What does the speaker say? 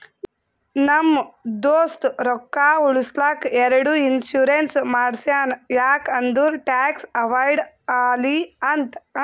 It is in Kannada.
ನಮ್ ದೋಸ್ತ ರೊಕ್ಕಾ ಉಳುಸ್ಲಕ್ ಎರಡು ಇನ್ಸೂರೆನ್ಸ್ ಮಾಡ್ಸ್ಯಾನ್ ಯಾಕ್ ಅಂದುರ್ ಟ್ಯಾಕ್ಸ್ ಅವೈಡ್ ಆಲಿ ಅಂತ್